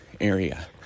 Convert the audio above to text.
area